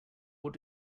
what